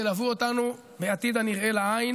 ילוו אותנו בעתיד הנראה לעין